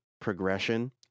progression